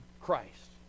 Christ